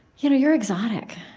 you know you're exotic.